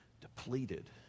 depleted